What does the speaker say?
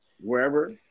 Wherever